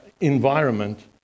environment